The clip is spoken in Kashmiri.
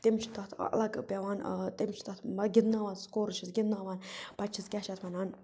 تٔمِس چھُ تَتھ اَلَگ پیٚوان تٔمِس چھُ تَتھ مطلب گِنٛدناوان سُہ کورُس چھِس گِنٛدناوان پَتہٕ چھَس کیاہ چھِ اَتھ وَنان